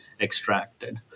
extracted